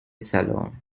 salon